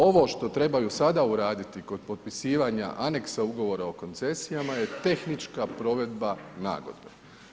Ovo što trebaju sada uraditi kod potpisivanja aneksa ugovora o koncesijama, je da tehnička provedba nagodbe.